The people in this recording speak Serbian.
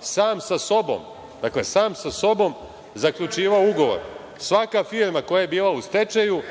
sam sa sobom zaključivao ugovore. Svaka firma koja je bila u stečaju,